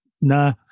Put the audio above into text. Nah